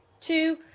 two